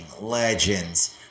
legends